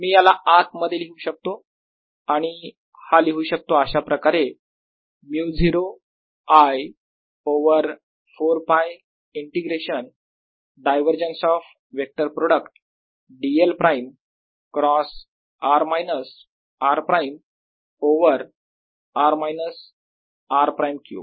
मी याला आतमध्ये लिहू शकतो आणि हा लिहितो अशाप्रकारे 𝜇0 I over 4 π integration divergence of vector product dl prime cross r minus r prime over r minus r prime cube